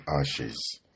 ashes